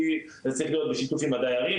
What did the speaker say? כי זה צריך להיות בשיתוף עם הדיירים,